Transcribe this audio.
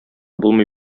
булмый